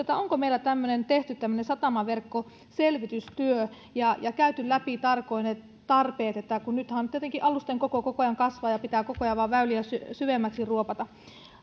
onko meillä tehty tämmöinen satamaverkkoselvitystyö ja ja käyty läpi tarkoin ne tarpeet kun nythän tietenkin alusten koko kasvaa koko ajan ja pitää koko ajan ruopata väyliä syvemmäksi